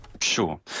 Sure